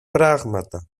πράγματα